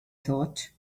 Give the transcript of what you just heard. thought